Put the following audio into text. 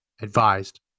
advised